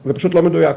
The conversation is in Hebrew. זה פשוט לא מדויק.